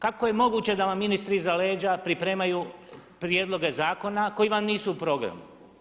Kako je moguće da vam ministri iza leđa pripremaju prijedloge zakona koji vam nisu u programu.